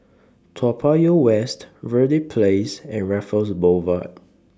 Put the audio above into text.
Toa Payoh West Verde Place and Raffles Boulevard